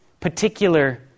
particular